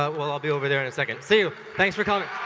but well, i'll be over there in a second. see you. thanks for coming.